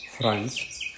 Friends